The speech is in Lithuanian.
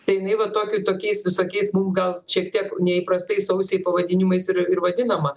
tai jinai va tokiu tokiais visokiais mum gal šiek tiek neįprastais ausiai pavadinimais ir vadinama